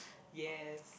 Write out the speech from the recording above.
yes